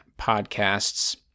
Podcasts